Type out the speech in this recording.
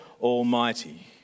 Almighty